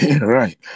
Right